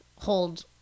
hold